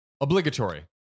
Obligatory